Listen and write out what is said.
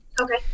Okay